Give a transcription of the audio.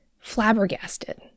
flabbergasted